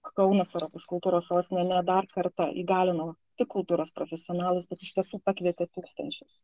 kaunas europos kultūros sostinė dar kartą įgalino tik kultūros profesionalus bet iš tiesų pakvietė tūkstančius